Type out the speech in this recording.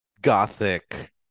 gothic